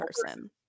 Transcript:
person